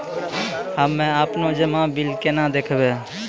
हम्मे आपनौ जमा बिल केना देखबैओ?